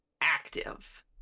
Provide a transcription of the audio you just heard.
active